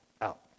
out